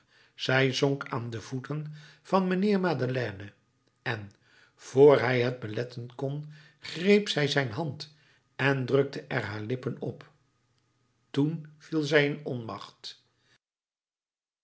zij zonk aan de voeten van mijnheer madeleine en vr hij het beletten kon greep zij zijn hand en drukte er haar lippen op toen viel zij in onmacht